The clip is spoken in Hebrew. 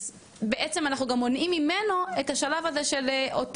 אז בעצם אנחנו גם מונעים ממנו את השלב הזה של אותו